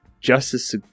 justice